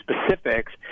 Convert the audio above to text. specifics